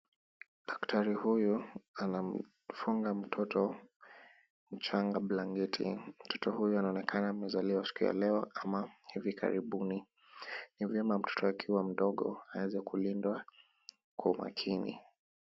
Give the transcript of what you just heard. Daktari huyu anamfunga mtoto mchanga blanketi. Mtoto huyu anaonekana amezaliwa siku ya leo ama hivi karibuni. Ni vyema mtoto akiwa mdogo, aweze kulindwa kwa umakini.